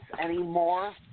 anymore